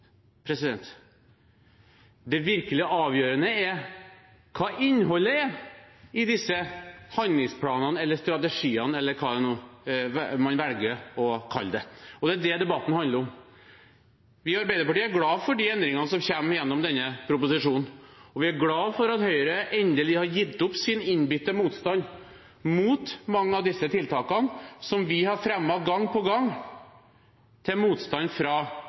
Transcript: Det virkelig avgjørende er hva innholdet er i disse handlingsplanene eller strategiene, eller hva man nå velger å kalle det. Det er det debatten handler om. Vi i Arbeiderpartiet er glad for de endringene som kommer gjennom denne proposisjonen, og vi er glad for at Høyre endelig har gitt opp sin innbitte motstand mot mange av disse tiltakene som vi har fremmet gang på gang, til motstand fra